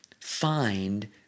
find